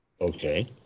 Okay